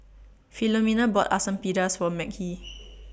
Philomena bought Asam Pedas For Mekhi